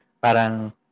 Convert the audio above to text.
parang